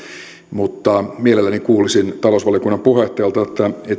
mutta mielelläni kuulisin talousvaliokunnan puheenjohtajalta